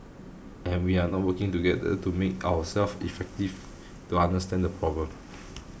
and we are not working together to make ourselves effective to understand the problem